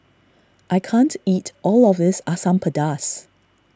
I can't eat all of this Asam Pedas